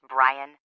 Brian